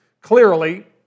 Clearly